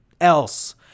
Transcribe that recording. else